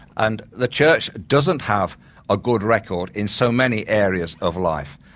and the church doesn't have a good record in so many areas of life.